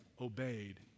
obeyed